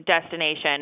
destination